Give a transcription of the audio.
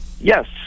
Yes